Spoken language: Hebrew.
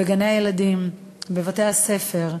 בגני-הילדים, בבתי-הספר,